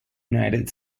united